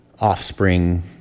offspring